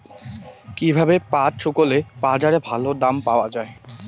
কীভাবে পাট শুকোলে বাজারে ভালো দাম পাওয়া য়ায়?